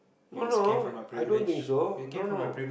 no no i don't think so no no